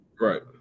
Right